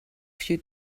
few